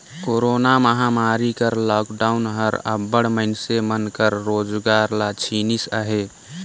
corona महमारी कर lockdown हर अब्बड़ मइनसे मन कर रोजगार ल छीनिस अहे